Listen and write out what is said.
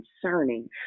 concerning